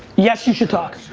yes, you should talk. so,